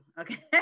Okay